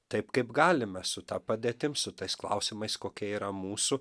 taip kaip galime su ta padėtim su tais klausimais kokia yra mūsų